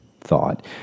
thought